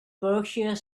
berkshire